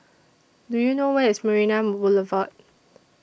Do YOU know Where IS Marina Boulevard